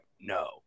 no